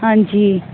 ਹਾਂਜੀ